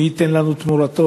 מי ייתן לנו תמורתו.